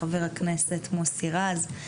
חבר הכנסת מוסי רז,